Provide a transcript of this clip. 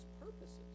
purposes